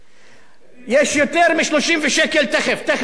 יש יותר, תיכף אגיע אליך.